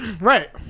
Right